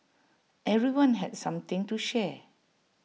everyone had something to share